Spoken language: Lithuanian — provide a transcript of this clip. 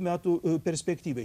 metų perspektyvai